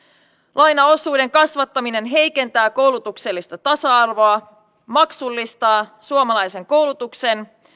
lainaosuuden kasvattaminen heikentää koulutuksellista tasa arvoa maksullistaa suomalaisen koulutuksen